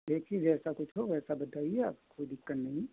देखिए जैसा कुछ हो वैसा बताइए आप कोई दिक़्क़त नहीं है